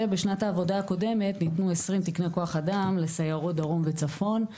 ובשנת העבודה הקודמת ניתנו 20 תקני כוח אדם לסיירות דרום וצפון,